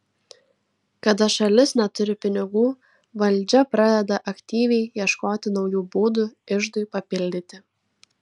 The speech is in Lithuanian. kada šalis neturi pinigų valdžia pradeda aktyviai ieškoti naujų būdų iždui papildyti